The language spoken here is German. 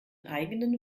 eigenen